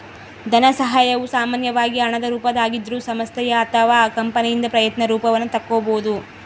ಧನಸಹಾಯವು ಸಾಮಾನ್ಯವಾಗಿ ಹಣದ ರೂಪದಾಗಿದ್ರೂ ಸಂಸ್ಥೆ ಅಥವಾ ಕಂಪನಿಯಿಂದ ಪ್ರಯತ್ನ ರೂಪವನ್ನು ತಕ್ಕೊಬೋದು